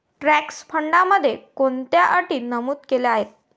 Trust फंडामध्ये कोणत्या अटी नमूद केल्या आहेत?